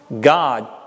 God